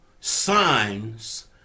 signs